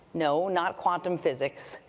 no, not quantum physics.